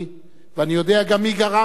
ואני יודע גם מי גרם לאסון הזה,